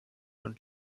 und